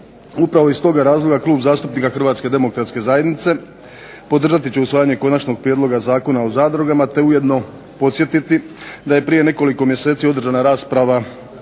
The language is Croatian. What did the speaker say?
Upravo iz toga razloga Klub zastupnika hrvatske demokratske zajednice podržati će usvajanje Konačnog prijedloga zakona o zadrugama te ujedno podsjetiti da je prije nekoliko mjeseci održana rasprava o ovome zakonu